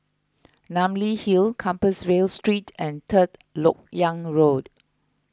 Namly Hill Compassvale Street and Third Lok Yang Road